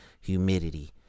humidity